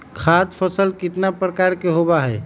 खाद्य फसल कितना प्रकार के होबा हई?